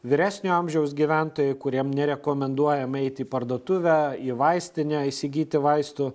vyresnio amžiaus gyventojai kuriem nerekomenduojam eiti į parduotuvę į vaistinę įsigyti vaistų